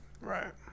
Right